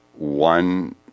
one